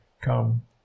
come